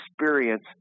experience